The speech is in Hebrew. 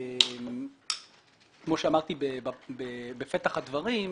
כמו שאמרתי בפתח הדברים,